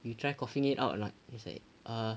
you try coughing it out or not she's like err